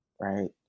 right